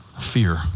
fear